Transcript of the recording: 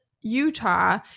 Utah